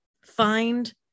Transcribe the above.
find